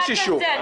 יש אישור.